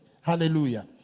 Hallelujah